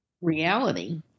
reality